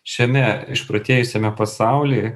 šiame išprotėjusiame pasauly